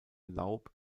laub